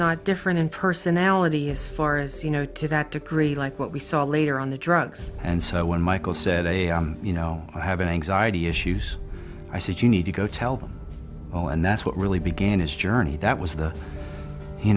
not different in personality as far as you know to that degree like what we saw later on the drugs and so when michael said you know i have an anxiety issues i said you need to go tell them all and that's what really began his journey that was the you